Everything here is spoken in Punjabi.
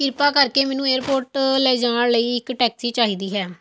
ਕਿਰਪਾ ਕਰਕੇ ਮੈਨੂੰ ਏਅਰਪੋਰਟ ਲੈ ਜਾਣ ਲਈ ਇੱਕ ਟੈਕਸੀ ਚਾਹੀਦੀ ਹੈ